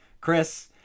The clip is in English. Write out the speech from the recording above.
Chris